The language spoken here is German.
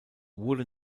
wurde